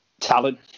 talent